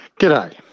G'day